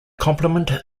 complement